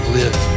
live